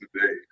today